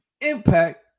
impact